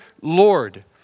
Lord